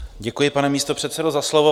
Děkuji, pane místopředsedo, za slovo.